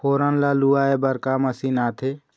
फोरन ला लुआय बर का मशीन आथे?